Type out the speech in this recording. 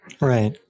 Right